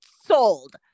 sold